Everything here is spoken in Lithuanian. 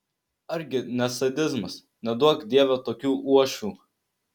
ar gi ne sadizmas neduok dieve tokių uošvių